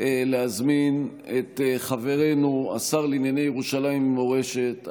להזמין את חברנו השר לענייני ירושלים ומורשת,